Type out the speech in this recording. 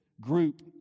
group